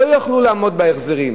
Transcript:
והם לא יוכלו לעמוד בהחזרים,